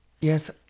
Yes